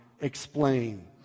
explain